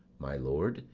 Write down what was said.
my lord,